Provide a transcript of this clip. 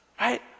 right